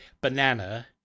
banana